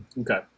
okay